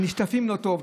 הן נשטפות לא טוב.